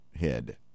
head